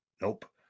Nope